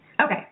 Okay